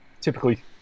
typically